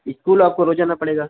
school आपको रोज़ आना पड़ेगा